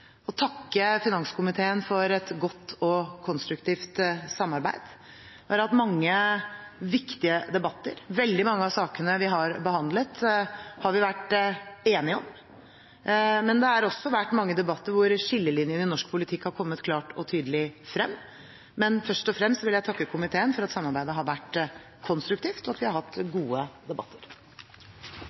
å takke finanskomiteen for et godt og konstruktivt samarbeid. Vi har hatt mange viktige debatter. Veldig mange av sakene vi har behandlet, har vi vært enige om, men det har også vært mange debatter hvor skillelinjene i norsk politikk har kommet klart og tydelig frem. Men først og fremst vil jeg takke komiteen for at samarbeidet har vært konstruktivt, og for at vi har hatt gode debatter.